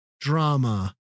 drama